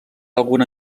alguna